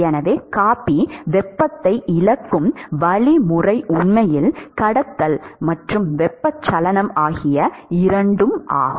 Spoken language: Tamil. எனவே காபி வெப்பத்தை இழக்கும் வழிமுறை உண்மையில் கடத்தல் மற்றும் வெப்பச்சலனம் ஆகிய இரண்டும் ஆகும்